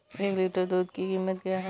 एक लीटर दूध की कीमत क्या है?